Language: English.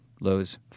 Lows